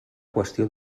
qüestió